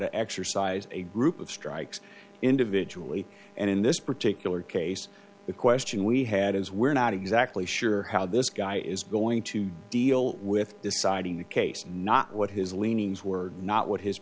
to exercise a group of strikes individually and in this particular case the question we had is we're not exactly sure how this guy is going to deal with deciding the case not what his leanings were not what his